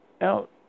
out